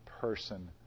person